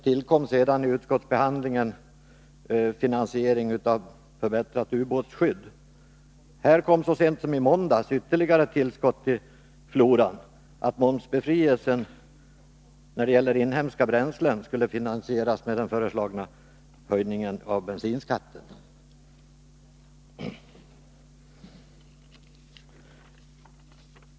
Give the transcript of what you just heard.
Vid utskottsbehandlingen tillkom sedan finansiering av förbättrat ubåtsskydd. Här kom så sent som i måndags ytterligare ett tillskott till floran, nämligen att momsbefrielsen när det gäller inhemska bränslen skulle finansieras med den föreslagna höjningen av bensinskatten.